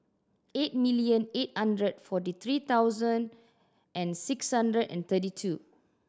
eight million eight hundred forty three thousand and six hundred and thirty two